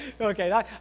okay